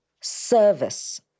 service